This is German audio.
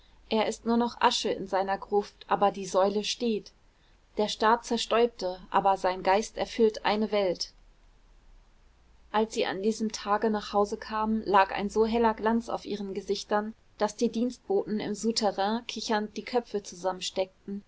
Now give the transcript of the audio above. er ist nur noch asche in seiner gruft aber die säule steht der staat zerstäubte aber sein geist erfüllt eine welt als sie an diesem tage nach hause kamen lag ein so heller glanz auf ihren gesichtern daß die dienstboten im souterrain kichernd die köpfe zusammensteckten